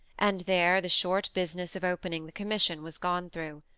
and there the short business of opening the commission was gone through,